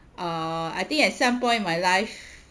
ah I think at some point in my life